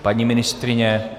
Paní ministryně?